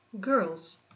Girls